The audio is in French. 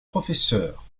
professeur